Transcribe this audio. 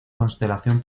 constelación